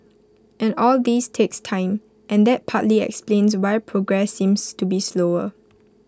and all this takes time and that partly explains why progress seems to be slower